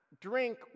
drink